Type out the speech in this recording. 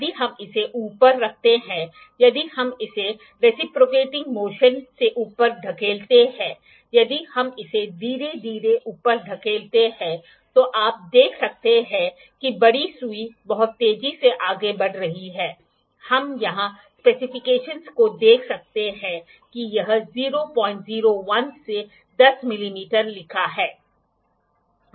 यदि हम इसे ऊपर रखते हैं यदि हम इसे रिसिप्रोकेटिंग मोशन से ऊपर धकेलते हैं यदि हम इसे धीरे धीरे ऊपर धकेलते हैं तो आप देख सकते हैं कि बड़ी सुई बहुत तेज़ी से आगे बढ़ रही है हम यहाँ स्पेसिफिकेशनस को देख सकते हैं कि यह 001 से 10 मिमी लिखा है